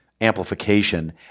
amplification